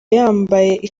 yambaye